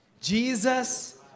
Jesus